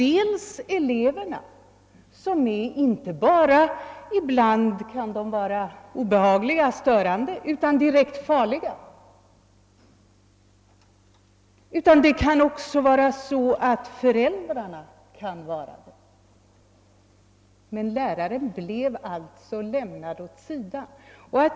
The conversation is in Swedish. Eleverna kan ibland vara inte bara obehagliga och störande utan direkt farliga, men det kan också föräldrarna vara. Läraren blev alltså lämnad åt sidan.